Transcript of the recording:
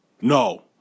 No